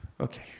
okay